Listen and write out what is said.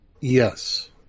Yes